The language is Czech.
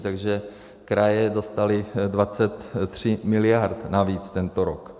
Takže kraje dostaly 23 mld. navíc tento rok.